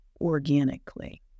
organically